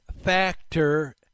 factor